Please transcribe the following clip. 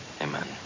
Amen